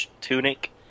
tunic